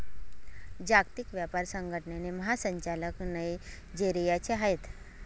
जागतिक व्यापार संघटनेचे महासंचालक नायजेरियाचे आहेत